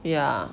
ya